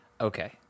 okay